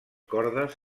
cordes